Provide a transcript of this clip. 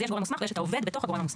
אז יש את העובד בתוך הגורם המוסמך.